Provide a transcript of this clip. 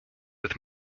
with